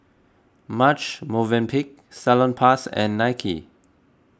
Marche Movenpick Salonpas and Nike